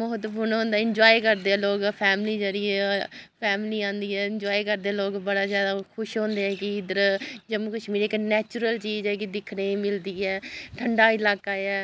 म्हत्तवपूर्ण होंदा इंजाए करदे ऐ लोक फैमली जेह्ड़ी ऐ फैमली औंदी इंजाए करदे लोक बड़ा जैदा खुश होंदे ऐ कि इद्धर जम्मू कश्मीर इक नैचुरल चीज ऐ कि दिक्खने गी मिलदी ऐ ठंडा इलाका ऐ